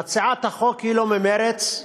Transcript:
מציעת החוק אינה ממרצ,